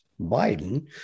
Biden